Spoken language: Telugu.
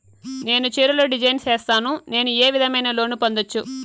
నేను చీరలు డిజైన్ సేస్తాను, నేను ఏ విధమైన లోను పొందొచ్చు